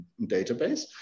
database